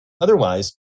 Otherwise